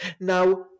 Now